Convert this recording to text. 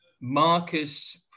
Marcus